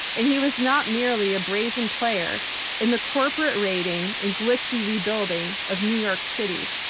and he was not merely a brazen player in the corporate raiding and glitzy rebuilding of new york city.